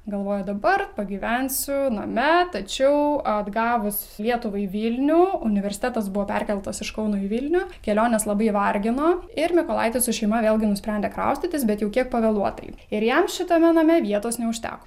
galvojo dabar pagyvensiu name tačiau atgavus lietuvai vilnių universitetas buvo perkeltas iš kauno į vilnių kelionės labai vargino ir mykolaitis su šeima vėlgi nusprendė kraustytis bet jau kiek pavėluotai ir jam šitame name vietos neužteko